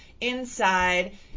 inside